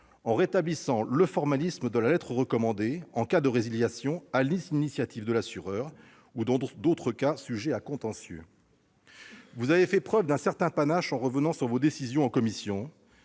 en rétablissant le formalisme de la lettre recommandée en cas de résiliation sur l'initiative de l'assureur ou dans d'autres cas sujets à contentieux. Vous avez fait preuve d'un certain panache en revenant sur vos décisions en commission.